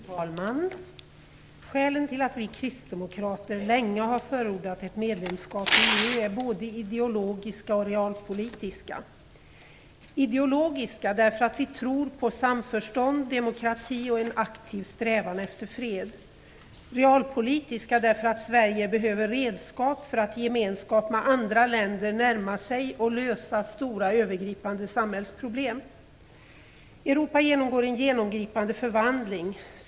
Fru talman! Skälen till att vi kristdemokrater länge förordat ett medlemskap i EU är både ideologiska och realpolitiska. Ideologiska därför att vi tror på samförstånd, demokrati och en aktiv strävan efter fred. Realpolitiska därför att Sverige behöver redskap för att i gemenskap med andra länder närma sig och lösa stora övergripande samhällsproblem. Europa genomgår en genomgripande förvandling.